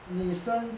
女生